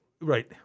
Right